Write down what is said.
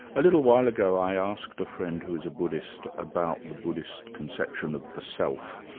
a little while ago i asked a friend who's a buddhist about the buddhist conception of the self.